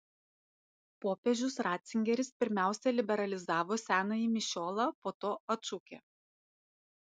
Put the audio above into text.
popiežius ratzingeris pirmiausia liberalizavo senąjį mišiolą po to atšaukė